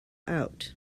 out